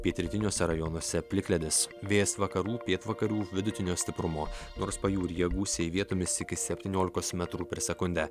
pietrytiniuose rajonuose plikledis vėjas vakarų pietvakarių vidutinio stiprumo nors pajūryje gūsiai vietomis iki septyniolikos metrų per sekundę